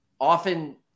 often